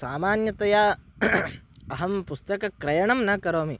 सामान्यतया अहं पुस्तकक्रयणं न करोमि